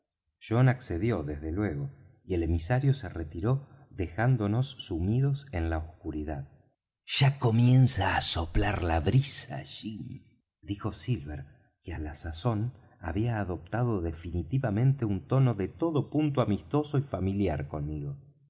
john accedió desde luego y el emisario se retiró dejándonos sumidos en la oscuridad ya comienza á soplar la brisa jim dijo silver que á la sazón había adoptado definitivamente un tono de todo punto amistoso y familiar conmigo